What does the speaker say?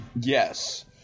yes